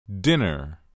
dinner